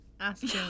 Asking